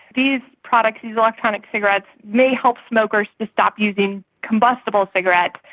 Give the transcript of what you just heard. these products, these electronic cigarettes may help smokers to stop using combustible cigarettes,